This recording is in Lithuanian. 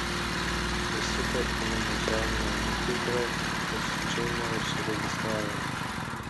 visi kartu nuvažiavome į hitrou ir su džeine užsiregistravome